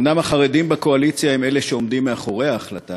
אומנם החרדים בקואליציה הם אלה שעומדים מאחורי ההחלטה,